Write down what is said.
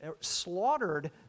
slaughtered